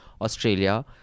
Australia